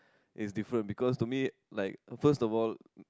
is different because to me like first of all